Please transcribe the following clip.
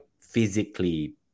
physically